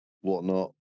whatnot